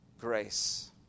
grace